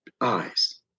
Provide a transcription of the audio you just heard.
eyes